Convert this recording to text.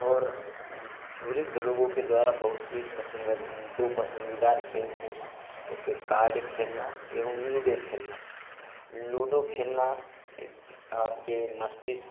और वृद्ध लोगों के द्वारा बहुत ही एक पसन्दीदा दो पसन्दीदा खेल हैं जैसे कार्ड खेलना एवं लूडो खेलना लूडो खेलना आपके मस्तिष्क